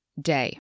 day